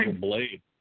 blade